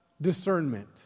discernment